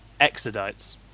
Exodites